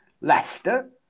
Leicester